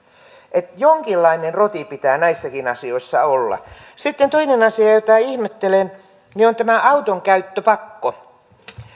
että jonkinlainen roti pitää näissäkin asioissa olla sitten toinen asia jota ihmettelen on tämä autonkäyttöpakko